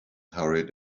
hurried